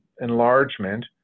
enlargement